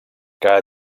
cada